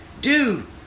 dude